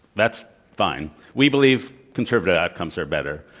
that's fine. we believe conservative outcomes are better.